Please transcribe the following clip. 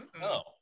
No